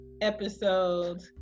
episode